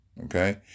Okay